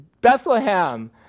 Bethlehem